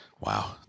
Wow